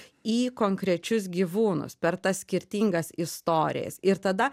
į konkrečius gyvūnus per tas skirtingas istorijas ir tada